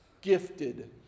gifted